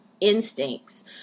instincts